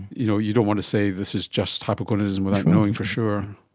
you know you don't want to say this is just hypogonadism without knowing for sure.